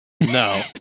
No